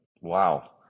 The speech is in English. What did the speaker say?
wow